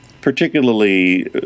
particularly